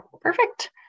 Perfect